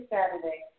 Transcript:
Saturday